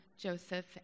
Joseph